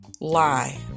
lie